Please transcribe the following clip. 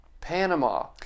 Panama